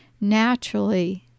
naturally